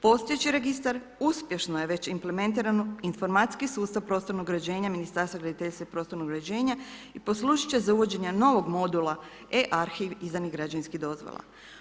Postojeći registar uspješno je već implementiran u informacijski sustav prostornog uređenja Ministarstva graditeljstva i prostornog uređenja i poslužit će za uvođenje novog modula e-arhiv izdanih građevinskih dozvola.